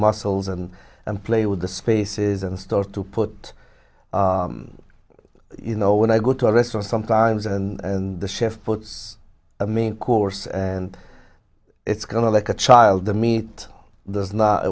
muscles and and play with the spaces and store to put you know when i go to a restaurant sometimes and the chef puts a main course and it's kind of like a child the meat the